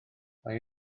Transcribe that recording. mae